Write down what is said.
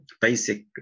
basic